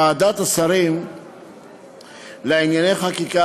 ועדת השרים לענייני חקיקה,